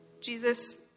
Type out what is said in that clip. Jesus